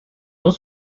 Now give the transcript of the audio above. eaux